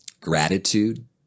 gratitude